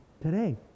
Today